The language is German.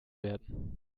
werden